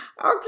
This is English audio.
Okay